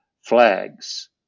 flags